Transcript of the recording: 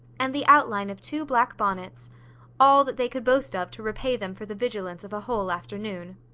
and the outline of two black bonnets all that they could boast of to repay them for the vigilance of a whole afternoon.